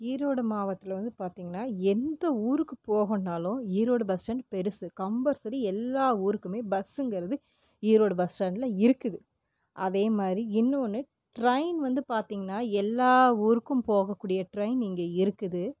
ஈரோடு மாவட்டத்தில் வந்து பார்த்தீங்கன்னா எந்த ஊருக்கு போகணும்னாலும் ஈரோடு பஸ் ஸ்டாண்ட் பெருசு கம்பல்சரி எல்லா ஊருக்குமே பஸ்சுங்கிறது ஈரோடு பஸ் ஸ்டாண்ட்டில் இருக்குது அதே மாதிரி இன்னொன்று ட்ரெயின் வந்து பார்த்தீங்ன்னா எல்லா ஊருக்கும் போகக்கூடிய ட்ரெயின் இங்கே இருக்குது